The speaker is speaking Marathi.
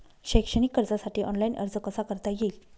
शैक्षणिक कर्जासाठी ऑनलाईन अर्ज कसा करता येईल?